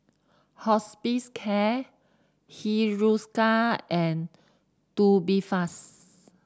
Hiruscar and Tubifast